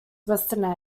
western